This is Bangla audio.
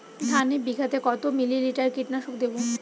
ধানে বিঘাতে কত মিলি লিটার কীটনাশক দেবো?